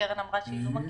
קרן אמרה שהיא לא מכירה.